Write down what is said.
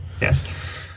Yes